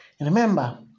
Remember